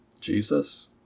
Jesus